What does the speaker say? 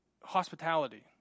hospitality